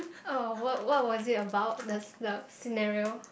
oh what what was it about the the scenario